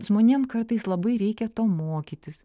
žmonėm kartais labai reikia to mokytis